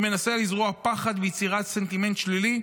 שמנסה לזרוע פחד וליצור סנטימנט שלילי,